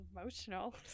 emotional